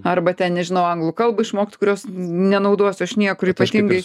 arba ten nežinau anglų kalbą išmokt kurios nenaudosiu aš niekur ypatingai